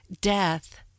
Death